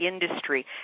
industry